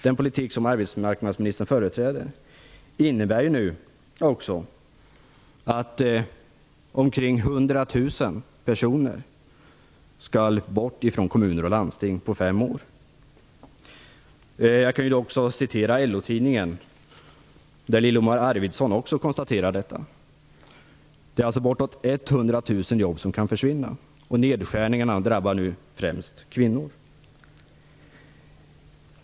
Den politik som arbetsmarknadsministern företräder innebär nu också att omkring 100 000 personer skall bort från kommuner och landsting på fem år. Jag kan också citera LO-tidningen, där Lillemor Arvidsson konstaterar samma sak: Det är alltså bortåt 100 000 jobb som kan försvinna. Nedskärningarna drabbar nu främst kvinnor.